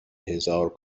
هزار